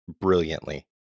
brilliantly